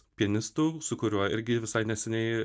pianistu su kuriuo irgi visai neseniai